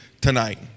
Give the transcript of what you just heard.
tonight